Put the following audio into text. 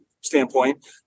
standpoint